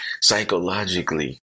psychologically